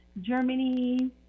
Germany